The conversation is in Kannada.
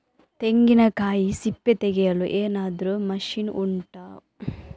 ತೆಂಗಿನಕಾಯಿ ಸಿಪ್ಪೆ ತೆಗೆಯಲು ಏನಾದ್ರೂ ಮಷೀನ್ ಉಂಟಾ